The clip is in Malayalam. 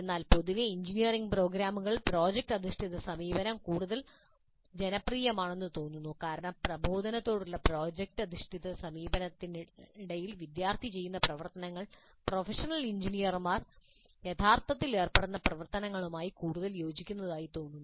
എന്നാൽ പൊതുവേ എഞ്ചിനീയറിംഗ് പ്രോഗ്രാമുകളിൽ പ്രോജക്റ്റ് അധിഷ്ഠിത സമീപനം കൂടുതൽ ജനപ്രിയമാണെന്ന് തോന്നുന്നു കാരണം പ്രബോധനത്തോടുള്ള പ്രോജക്റ്റ് അധിഷ്ഠിത സമീപനത്തിനിടയിൽ വിദ്യാർത്ഥി ചെയ്യുന്ന പ്രവർത്തനങ്ങൾ പ്രൊഫഷണൽ എഞ്ചിനീയർമാർ യഥാർത്ഥത്തിൽ ഏർപ്പെടുന്ന പ്രവർത്തനങ്ങളുമായി കൂടുതൽ യോജിക്കുന്നതായി തോന്നുന്നു